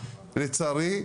לצערי,